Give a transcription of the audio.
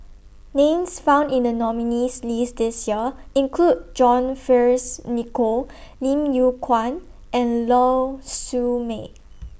Names found in The nominees' list This Year include John Fearns Nicoll Lim Yew Kuan and Lau Siew Mei